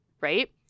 Right